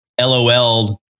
LOL